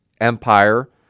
empire